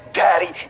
daddy